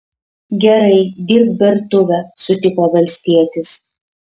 gerai dirbk bertuvę sutiko valstietis